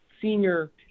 senior